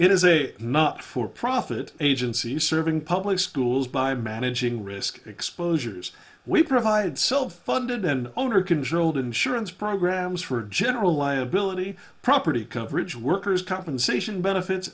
is a not for profit agency serving public schools by managing risk exposures we provide self funded and owner controlled insurance programs for general liability property coverage workers compensation benefits